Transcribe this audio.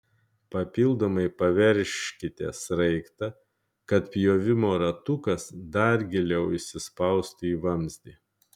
papildomai paveržkite sraigtą kad pjovimo ratukas dar giliau įsispaustų į vamzdį